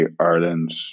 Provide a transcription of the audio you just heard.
Ireland